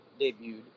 debuted